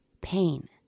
pain